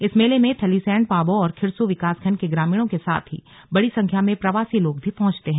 इस मेले में थलीसैंण पाबौ और खिर्सू विकासखंड के ग्रामीणों के साथ ही बड़ी संख्या में प्रवासी लोग भी पहंचते हैं